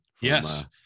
Yes